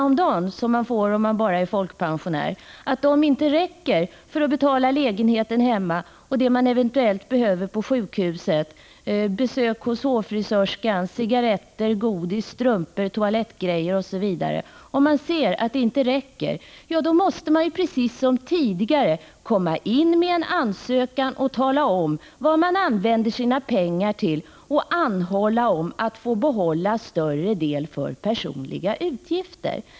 om dagen, som den som är vanlig folkpensionär får, inte räcker för att betala lägenheten och det som man eventuellt behöver på sjukhuset, för besök hos hårfrisörskan, cigarretter, godis, strumpor, toalettsaker osv., måste självfallet lämna in en ansökan, precis som tidigare, och tala om vad man använder sina pengar till och anhålla om att få behålla en större del för personliga utgifter.